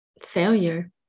failure